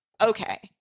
Okay